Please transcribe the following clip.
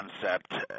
concept